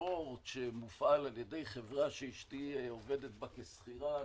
ספורט שמופעל על ידי חברה שאשתי עובדת בה כשכירה.